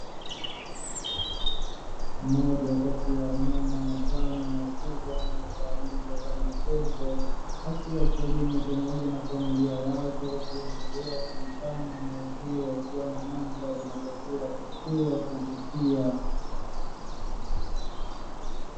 Mmoja kati ya wanyama watano wakubwa anayefahamika kama tembo, akiwa porini pamoja na familia yake wakiendelea kulifanya eneo hilo kuwa na mandhari na taswira pekee ya kuvutia.